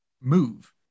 move